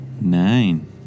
Nine